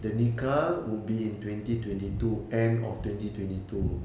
the nikah would be in twenty twenty two end of twenty twenty two